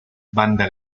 banda